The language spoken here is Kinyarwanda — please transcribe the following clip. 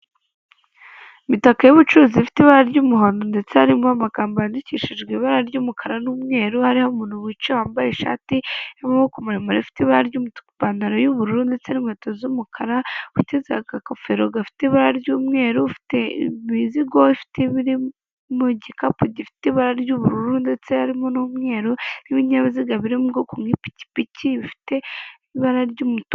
Imitaka y'bucuruzi ifite ibara ry'umuhondo ndetse harimo amagambo yandikishijwe ibara ry'umukara n'umweru hariho umuntu wicaye wambaye ishati y'amaboko muremurefite ibara ry'imipantaro y'ubururu ndetse n'inkweto z'umukara witeze agagofero gafite ibara ry'umweru ufite imizigo ifite mu gikapu gifite ibara ry'ubururu ndetse harimo n'umweru n'ibinyabiziga biri mu bwoko bw'ipikipiki bifite ibara ry'umutuku.